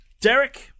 Derek